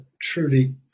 truly